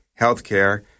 healthcare